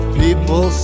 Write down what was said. people